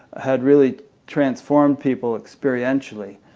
had really transformed people experientially.